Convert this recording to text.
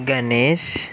Ganesh